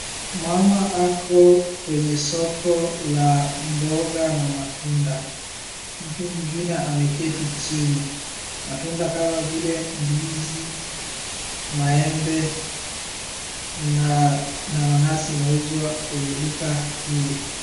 Mama ako kwenye soko la mboga na mtunda. Mtu mwingine ameketi chini. Matunda kama vile ndizi, maembe na nanasi inauzwa kwenye duka hili.